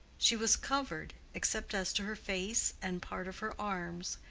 she was covered, except as to her face and part of her arms,